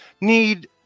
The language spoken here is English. need